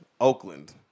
Oakland